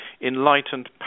enlightened